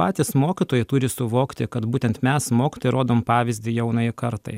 patys mokytojai turi suvokti kad būtent mes mokytojai rodom pavyzdį jaunajai kartai